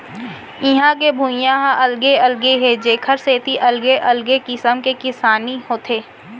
इहां के भुइंया ह अलगे अलगे हे जेखर सेती अलगे अलगे किसम के किसानी होथे